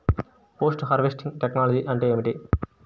Post harvest technology అంటే ఏమిటి?